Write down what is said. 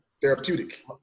Therapeutic